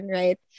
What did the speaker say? right